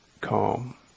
calm